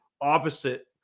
opposite